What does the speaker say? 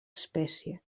espècie